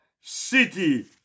city